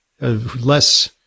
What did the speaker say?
less